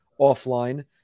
offline